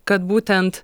kad būtent